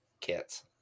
kits